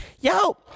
yo